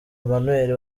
emmanuel